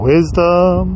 Wisdom